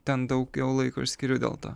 ten daugiau laiko ir skiriu dėl to